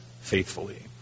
faithfully